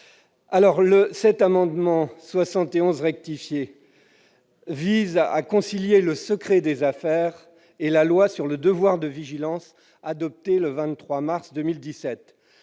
Labbé. Cet amendement vise à concilier le secret des affaires et la loi sur le devoir de vigilance, adoptée le 23 mars 2017.